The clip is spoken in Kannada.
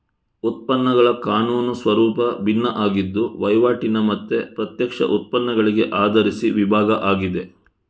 ಉತ್ಪನ್ನಗಳ ಕಾನೂನು ಸ್ವರೂಪ ಭಿನ್ನ ಆಗಿದ್ದು ವೈವಾಟಿನ ಮತ್ತೆ ಪ್ರತ್ಯಕ್ಷ ಉತ್ಪನ್ನಗಳಿಗೆ ಆಧರಿಸಿ ವಿಭಾಗ ಆಗಿದೆ